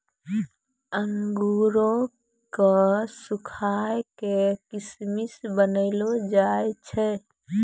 अंगूरो क सुखाय क किशमिश बनैलो जाय छै